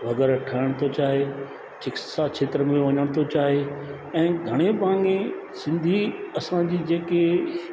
वग़ैरह ठहण थो चाहे शिक्षा क्षेत्र में वञण थो चाहे ऐं घणे भाङे सिंधी असांजी जेकी